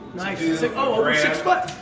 like over ah six foot.